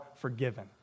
forgiven